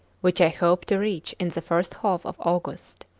which i hope to reach in the first half of august.